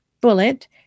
bullet